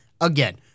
Again